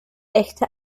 echte